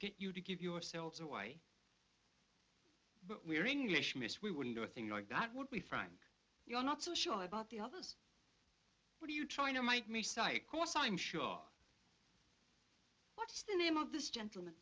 get you to give yourselves away but we are english miss we wouldn't do a thing like that would we frank you are not so sure about the others what are you trying to make me say cos i'm sure what's the name of this gentleman